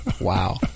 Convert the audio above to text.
Wow